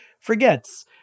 forgets